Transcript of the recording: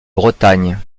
bretagne